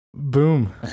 boom